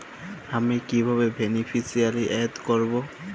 আমি কিভাবে beneficiary add করব?